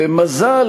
ומזל,